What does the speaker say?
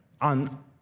On